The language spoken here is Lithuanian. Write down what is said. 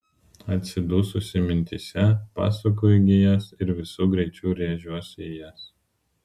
atsidususi mintyse pasuku į gijas ir visu greičiu rėžiuosi į jas